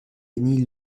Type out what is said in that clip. bénie